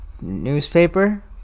newspaper